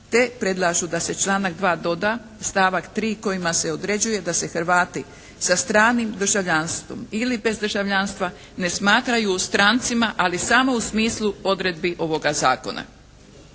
te predlažu da se članak 2. doda stavak 3. kojima se određuje da se Hrvati sa stranim državljanstvom ili bez državljanstva ne smatraju strancima ali samo u smislu odredbi ovoga zakona.